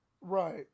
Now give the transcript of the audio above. right